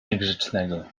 niegrzecznego